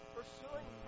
pursuing